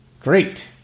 Great